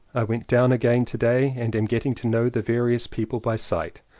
i went down again to-day and am getting to know the various people by sight.